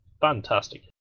fantastic